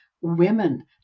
women